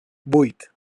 vuit